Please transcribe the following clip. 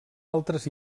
altres